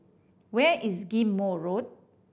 where is Ghim Moh Road